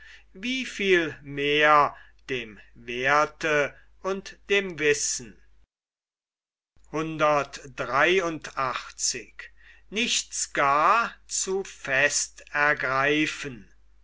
wie viel mehr dem werthe und dem wissen